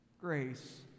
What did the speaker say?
Grace